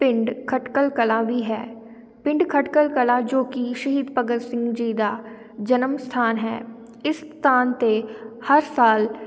ਪਿੰਡ ਖਟਕੜ ਕਲਾਂ ਵੀ ਹੈ ਪਿੰਡ ਖਟਕੜ ਕਲਾਂ ਜੋ ਕਿ ਸ਼ਹੀਦ ਭਗਤ ਸਿੰਘ ਜੀ ਦਾ ਜਨਮ ਸਥਾਨ ਹੈ ਇਸ ਸਥਾਨ 'ਤੇ ਹਰ ਸਾਲ